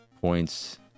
points